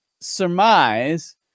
surmise